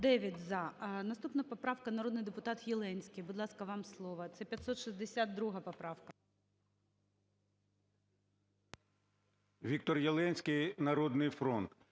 ВікторЄленський, "Народний фронт".